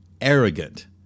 arrogant